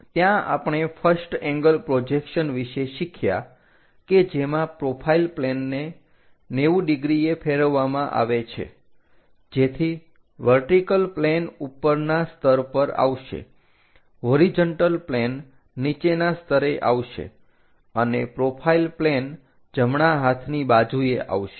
ત્યાં આપણે first angle projection વિશે શીખ્યા કે જેમાં પ્રોફાઈલ પ્લેનને 90 ડિગ્રીએ ફેરવવામાં આવે છે જેથી વર્ટિકલ પ્લેન ઉપરના સ્તર પર આવશે હોરીજન્ટલ પ્લેન નીચેના સ્તરે આવશે અને પ્રોફાઈલ પ્લેન જમણા હાથની બાજુએ આવશે